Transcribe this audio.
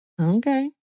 Okay